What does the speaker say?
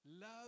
Love